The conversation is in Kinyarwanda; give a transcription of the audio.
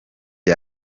ngo